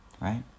Right